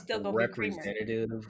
representative